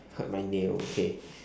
hurt my nail okay